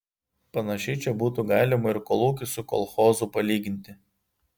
panašiai čia būtų galima ir kolūkį su kolchozu palyginti